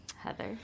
Heather